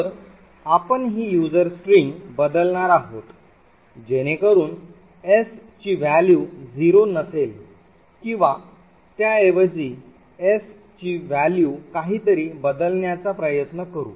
तर आपण ही युजर स्ट्रिंग बदलणार आहोत जेणेकरुन s ची व्हॅल्यू 0 नसेल किंवा त्याऐवजी s ची व्हॅल्यू काहीतरी बदलण्याचा प्रयत्न करू